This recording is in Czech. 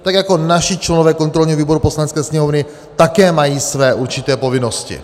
Tak jako naši členové kontrolního výboru Poslanecké sněmovny také mají své určité povinnosti.